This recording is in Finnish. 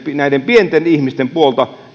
näiden pienten ihmisten puolta